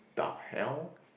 da hell